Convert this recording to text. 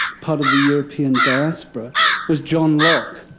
part of the european diaspora was john locke,